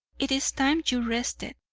it's time you rested.